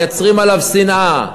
מייצרים שנאה עליו?